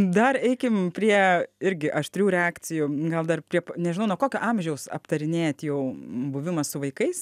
dar eikim prie irgi aštrių reakcijų gal dar prie nežinau nuo kokio amžiaus aptarinėjat jau buvimą su vaikais